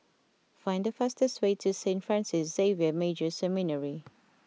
find the fastest way to Saint Francis Xavier Major Seminary